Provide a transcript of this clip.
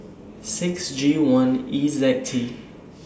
six G one E Z T